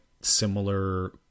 similar